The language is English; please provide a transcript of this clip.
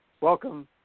welcome